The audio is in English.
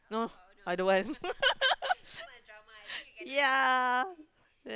no I don't want yeah then